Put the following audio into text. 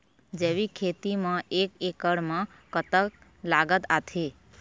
जैविक खेती म एक एकड़ म कतक लागत आथे?